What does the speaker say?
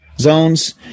Zones